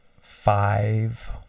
five